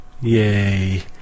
Yay